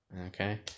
okay